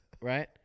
right